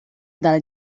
dal